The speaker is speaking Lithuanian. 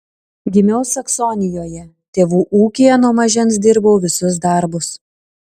gimiau saksonijoje tėvų ūkyje nuo mažens dirbau visus darbus